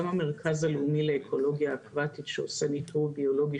גם המרכז הלאומי לאקולוגיה שעושה ניטור ביולוגי